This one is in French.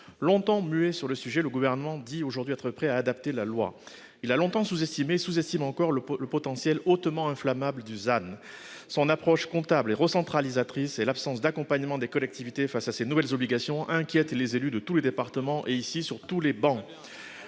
Longtemps muet sur le sujet, le Gouvernement dit aujourd'hui être prêt à adapter la loi. Il a longtemps sous-estimé, et sous-estime encore, le potentiel hautement inflammable du ZAN. Son approche comptable et recentralisatrice et l'absence d'accompagnement des collectivités face à ces nouvelles obligations inquiètent les élus de tous les départements et, ici, sur toutes les travées.